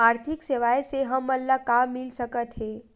आर्थिक सेवाएं से हमन ला का मिल सकत हे?